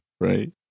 Right